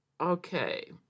Okay